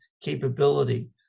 capability